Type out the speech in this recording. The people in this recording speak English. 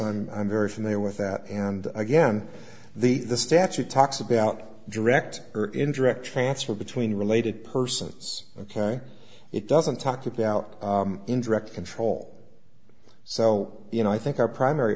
and i'm very familiar with that and again the statute talks about direct or indirect transfer between related persons ok it doesn't talk about indirect control so you know i think our primary